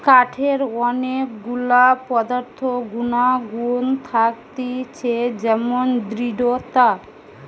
কাঠের অনেক গুলা পদার্থ গুনাগুন থাকতিছে যেমন দৃঢ়তা